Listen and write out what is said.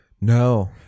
No